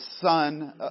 son